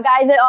guys